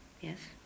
yes